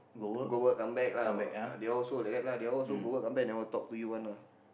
go work come back lah but they also like that lah they also go work come back never talk to you one lah